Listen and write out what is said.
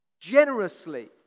generously